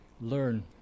learn